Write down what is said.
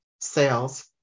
sales